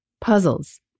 puzzles